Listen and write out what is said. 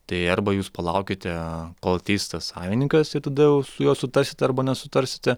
tai arba jūs palaukite kol ateis tas savininkas ir tada jau su juo sutarsit arba nesutarsite